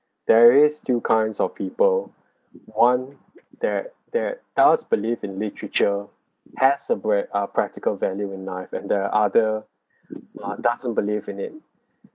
there is two kinds of people one that that does believe in literature has a bre~ ah practical value in life and the other ah doesn't believe in it